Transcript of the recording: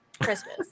Christmas